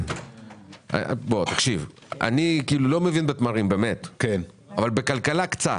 אני לא מבין בתמרים אבל אני קצת מבין בכלכלה,